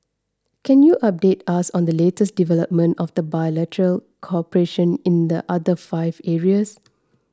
can you update us on the latest development of the bilateral cooperation in the other five areas